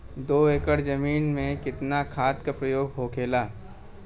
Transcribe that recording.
दो एकड़ जमीन में कितना खाद के प्रयोग होखेला?